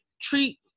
treat